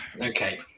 Okay